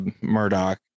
Murdoch